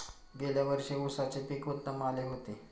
गेल्या वर्षी उसाचे पीक उत्तम आले होते